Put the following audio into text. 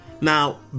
Now